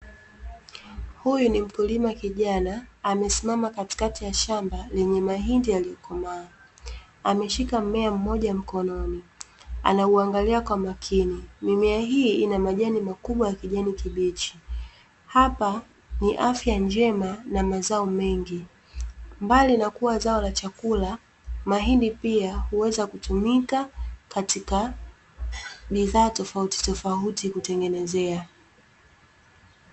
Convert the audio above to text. Huyu ni mkulima kijana, amesimama katikati ya shamba lenye mahindi yaliyokomaa. Ameshika mmea mmoja mkononi, anauangalia kwa makini, mimea hii ina majani makubwa ya kijani kibichi. Hapa ni afya njema na mazao mengi, mbali na kuwa zao la chakula, mahindi pia huweza kutumika katika bidhaa tofautitofauti, kutengenezea